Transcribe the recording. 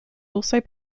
also